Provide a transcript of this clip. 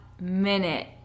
minute